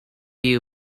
you